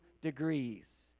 degrees